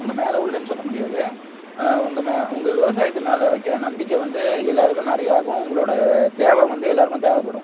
உங்கள் மேலே உள்ளன்னு சொல்ல முடியாது உங்கள் மே உங்கள் விவசாயத்து மேலே வைக்கிற நம்பிக்கை வந்து எல்லாேருக்கும் நிறையாகும் உங்களோட தேவை வந்து எல்லாேருக்கும் தேவைப்படும்